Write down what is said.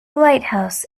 lighthouse